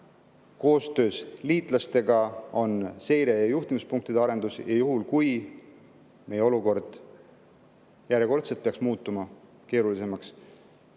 koostöös liitlastega seire- ja juhtimispunktide arendus, ning juhul, kui meie olukord järjekordselt peaks muutuma keerulisemaks,